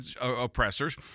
oppressors